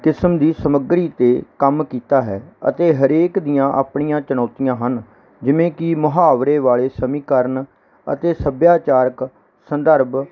ਕਿਸਮ ਦੀ ਸਮੱਗਰੀ 'ਤੇ ਕੰਮ ਕੀਤਾ ਹੈ ਅਤੇ ਹਰੇਕ ਦੀਆਂ ਆਪਣੀਆਂ ਚੁਣੌਤੀਆਂ ਹਨ ਜਿਵੇਂ ਕਿ ਮੁਹਾਵਰੇ ਵਾਲੇ ਸਮੀਕਰਨ ਅਤੇ ਸੱਭਿਆਚਾਰਕ ਸੰਦਰਭ